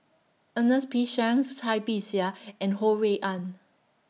Ernest P Shanks Cai Bixia and Ho Rui An